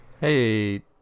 Hey